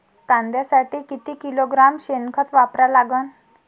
कांद्यासाठी किती किलोग्रॅम शेनखत वापरा लागन?